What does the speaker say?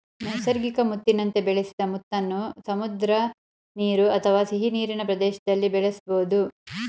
ನೈಸರ್ಗಿಕ ಮುತ್ತಿನಂತೆ ಬೆಳೆಸಿದ ಮುತ್ತನ್ನು ಸಮುದ್ರ ನೀರು ಅಥವಾ ಸಿಹಿನೀರಿನ ಪ್ರದೇಶ್ದಲ್ಲಿ ಬೆಳೆಸ್ಬೋದು